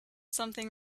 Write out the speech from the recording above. something